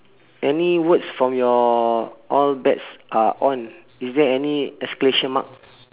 any words from your all bets are on is there any exclamation mark